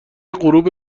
غروب